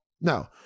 no